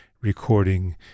recording